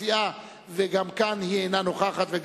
מציעה אבל אינה נוכחת.